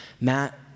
Matt